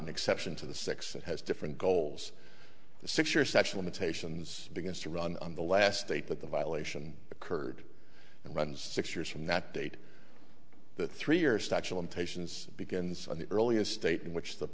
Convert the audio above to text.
an exception to the six has different goals the six years actual imitation begins to run on the last day but the violation occurred and runs six years from that date the three years the actual impatiens begins on the earliest date in which the